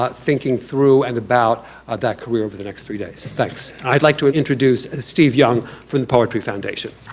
but thinking through and about that career over the next three days. thanks. i'd like to introduce steve young from the poetry foundation